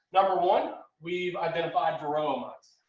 number one we've identified varroa mites.